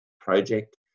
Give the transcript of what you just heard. project